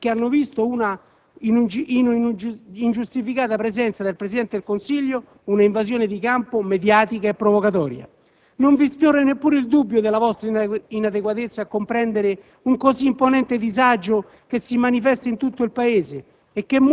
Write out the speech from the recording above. che hanno visto, in una ingiustificata presenza del Presidente del Consiglio, un'invasione di campo mediatica e provocatoria? Non vi sfiora neppure il dubbio della vostra inadeguatezza a comprendere un così imponente disagio che si manifesta in tutto il Paese